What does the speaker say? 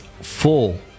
full